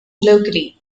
locally